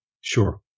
Sure